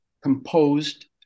composed